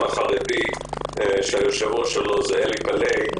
החרדי למחקרי מדיניות שהיושב-ראש שלו הוא אלי פלאי,